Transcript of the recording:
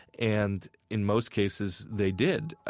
and in most cases they did,